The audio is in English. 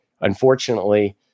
unfortunately